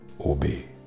obey